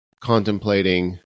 contemplating